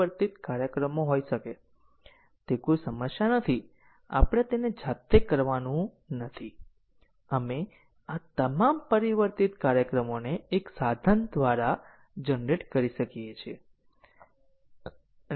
જો cyclomatic complexity મોટી હોય તો જવાબ એ છે કે કોડને સમજવા માટે આપણે વાસ્તવમાં કોડમાં તમામ લીનીયર રીતે ઈન્ડીપેન્ડન્ટ માર્ગો શોધીએ અમે ફક્ત આઉટપુટને જોઈએ છીએ અને તે જોવા માટે પ્રયત્ન કરીએ છીએ કે કઈ ઇનપુટ્સ આ પેદા કરે છે અથવા અન્ય અભિગમમાં આપણે જુઓ ઇનપુટ કરો અને જુઓ કે પ્રોગ્રામની આ બંને પ્રકારની સમજમાં શું ઉત્પાદન થાય છે